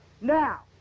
Now